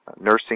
nursing